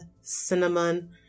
cinnamon